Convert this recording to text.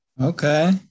Okay